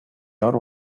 aru